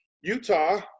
Utah